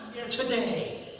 today